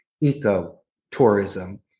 eco-tourism